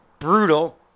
brutal